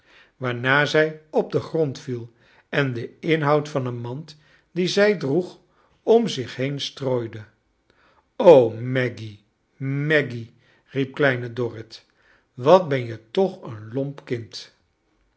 waarna zij op den grond viel en den inhoud van een mand die zij droeg orn zich heen strooide maggy maggy i riep kleine dorrit wat ben je toch een lomp kind